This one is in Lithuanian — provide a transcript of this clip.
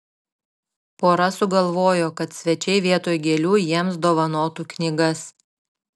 pora sugalvojo kad svečiai vietoj gėlių jiems dovanotų knygas